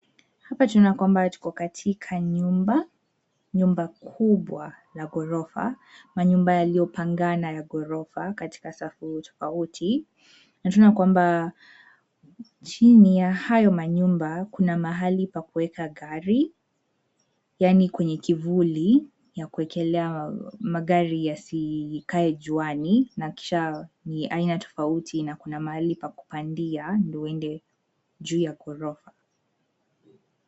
Hapa tunaona kwamba tuko katika nyumba, nyumba kubwa, la ghorofa, manyumba yaliyopangana ya ghorofa katika safu tofauti, na tunaona kwamba, chini ya hayo manyumba kuna mahali pakuweka gari, yaani kwenye kivuli, ya kuwekelea magari yasikae juani na kisha, ni aina tofauti na kuna mahali pakupandia ndio uende, juu ya ghorofa.